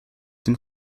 den